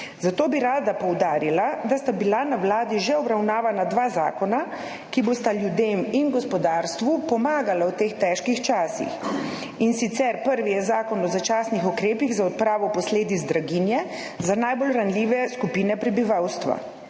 Zato bi rada poudarila, da sta bila na vladi že obravnavana dva zakona, ki bosta ljudem in gospodarstvu pomagala v teh težkih časih, in sicer prvi je Zakon o začasnih ukrepih za odpravo posledic draginje za najbolj ranljive skupine prebivalstva.